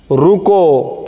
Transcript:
रुको